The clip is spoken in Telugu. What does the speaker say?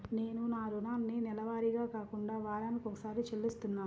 నేను నా రుణాన్ని నెలవారీగా కాకుండా వారానికోసారి చెల్లిస్తున్నాను